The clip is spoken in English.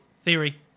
Theory